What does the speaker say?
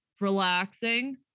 relaxing